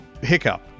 hiccup